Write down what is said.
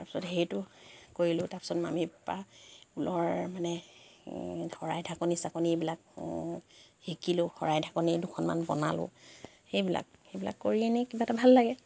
তাৰপিছত সেইটো কৰিলোঁ তাৰপিছত মামীৰ পৰা ঊলৰ মানে শৰাই ঢাকনি চাকনি এইবিলাক শিকিলোঁ শৰাই ঢাকনি দুখনমান বনালোঁ সেইবিলাক সেইবিলাক কৰি এনেই কিবা এটা ভাল লাগে